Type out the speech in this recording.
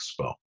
expo